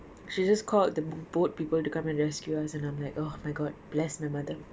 she just called the boat people to come and rescue us and I'm like oh my god bless my mother